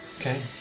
Okay